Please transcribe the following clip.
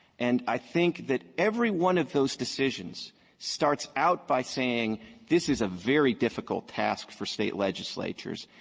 and i think that every one of those decisions starts out by saying this is a very difficult task for state legislatures.